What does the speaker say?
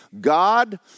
God